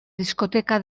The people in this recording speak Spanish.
discoteca